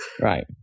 Right